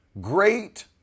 great